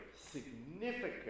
significant